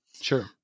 Sure